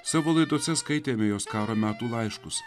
savo laidose skaitėme jos karo metu laiškus